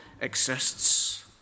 exists